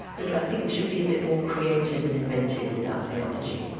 but i think we should be a bit more creative and inventive with our theology